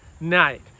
night